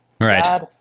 right